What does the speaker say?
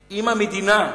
המדינה,